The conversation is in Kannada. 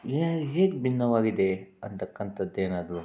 ಏ ಹೇಗೆ ಭಿನ್ನವಾಗಿದೆ ಅಂತಕ್ಕಂಥದ್ದು ಏನಾದ್ರೂ